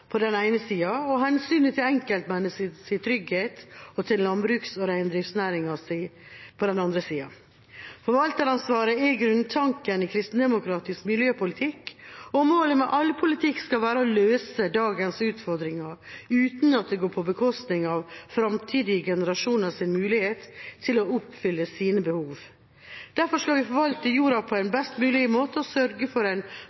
på den ene sida og hensynet til enkeltmenneskets trygghet og til landbruks- og reindriftsnæringa på den andre sida. Forvalteransvaret er grunntanken i kristeligdemokratisk miljøpolitikk, og målet med all politikk skal være å løse dagens utfordringer uten at det går på bekostning av framtidige generasjoners mulighet til å oppfylle sine behov. Derfor skal vi forvalte jorda på en best mulig måte og sørge for en